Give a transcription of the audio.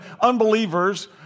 unbelievers